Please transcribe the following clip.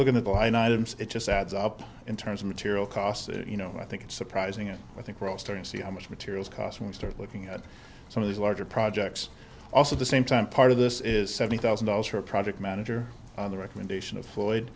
items it just adds up in terms of material costs you know i think it's surprising and i think we're all starting to see how much materials cost when we start looking at some of these larger projects also the same time part of this is seventy thousand dollars for a project manager on the recommendation of floyd